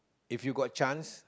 if you got chance